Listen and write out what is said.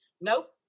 Nope